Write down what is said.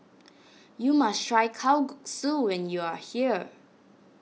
you must try Kalguksu when you are here